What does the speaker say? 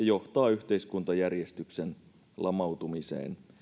johtaa yhteiskuntajärjestyksen lamautumiseen